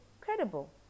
credible